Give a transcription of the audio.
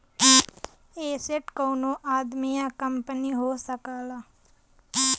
asset कउनो आदमी या कंपनी हो सकला